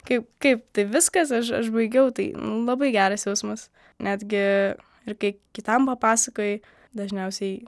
kaip kaip tai viskas aš aš baigiau tai labai geras jausmas netgi ir kai kitam papasakoji dažniausiai